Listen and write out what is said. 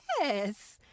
Yes